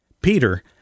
Peter